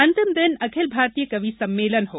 अंतिम दिन अखिल भारतीय कवि सम्मेलन होगा